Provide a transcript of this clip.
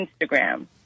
Instagram